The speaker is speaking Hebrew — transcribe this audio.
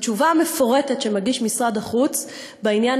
בתשובה המפורטת שמגיש משרד החוץ בעניין